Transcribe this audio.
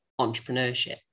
entrepreneurship